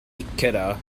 ikeda